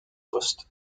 poste